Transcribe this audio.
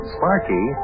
Sparky